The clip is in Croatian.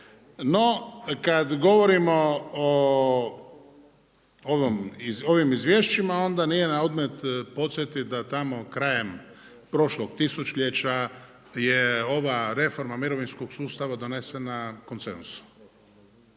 No, kada govorimo o ovim izvješćima onda nije na odmet podsjetiti da tamo krajem prošlog tisućljeća je ova reforma mirovinskog sustava donesena konsenzusom